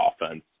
offense